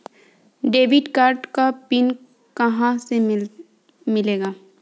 Debit card का pin कहां से मिलेगा?